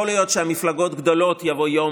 יכול להיות שמפלגות גדולות, יבוא יום